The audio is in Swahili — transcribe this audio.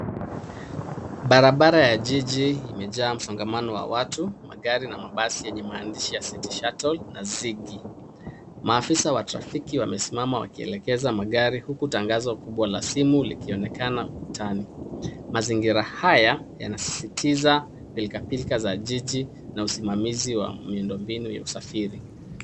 Barabara ya jiji imejaa mzongamano wa watu magari na mabasi enye maandishi ya City shuttle na ziggy. Maafisa wa trafiki wamesimama na wamekaa wakieleza magari huku tangazo la simu likionekana ukutani. Mazingira haya yanazizitiza pilika pilika ya jiji na usimamisi wa miundo mbinu ya usafiri.